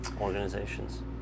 organizations